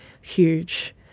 huge